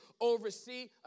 oversee